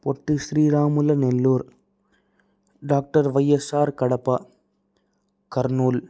Potti Sriramulu Nellore doctor YSR Kadapa Kurnool